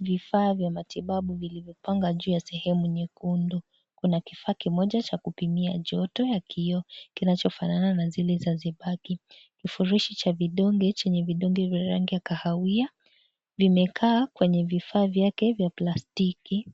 Vifaa vya matibabu vilivyopangwa juu ya sehemu nyekundu kuna kifaa kimoja cha kupimia joto ya kioo kinachofanana na zile za zibaki , kifurishi cha vidonge chenye vidonge vya rangi ya kahawia vimekaa kwenye vifaa vyake vya plastiki